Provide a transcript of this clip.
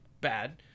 bad